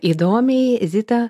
įdomiai zitą